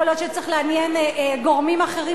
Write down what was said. יכול להיות שצריך לעניין גורמים אחרים,